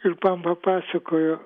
ir man papasakojo